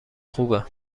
خوبه